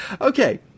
Okay